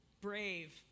Brave